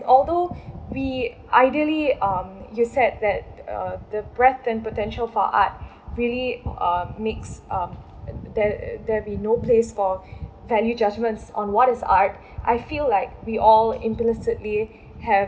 although we ideally um you said that uh the breadth and potential for art really uh mix uh there there'll be no place for value judgments on what is art I feel like we all implicitly have